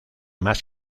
más